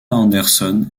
anderson